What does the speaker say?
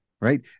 right